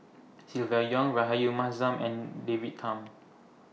Silvia Yong Rahayu Mahzam and David Tham